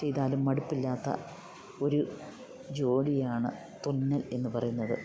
ചെയ്താലും മടുപ്പില്ലാത്ത ഒരു ജോലിയാണ് തുന്നൽ എന്ന് പറയുന്നത്